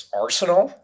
arsenal